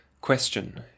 Question